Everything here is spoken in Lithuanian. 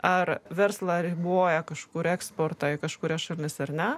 ar verslą riboja kažkur eksportą į kažkurias šalis ar na